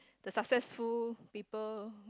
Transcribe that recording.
the successful people